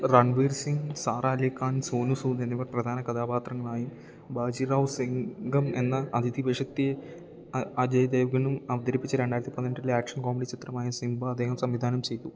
റൺവീർ സിംഗ് സാറാ അലി ഖാൻ സോനു സൂദ് എന്നിവർ പ്രധാന കഥാപാത്രങ്ങളായും ബാജിറാവു സിംഗം എന്ന അതിഥി വേഷത്തെ അജയ് ദേവ്ഗണും അവതരിപ്പിച്ച രണ്ടായിരത്തി പതിനെട്ടിലെ ആക്ഷൻ കോമഡി ചിത്രമായ സിംബ അദ്ദേഹം സംവിധാനം ചെയ്തു